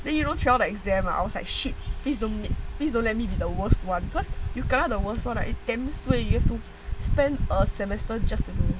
then you know throughout the exam ah I was like shit please don't please don't let me be the worst [one] because if you kena the worse [one] right you have to spend a semester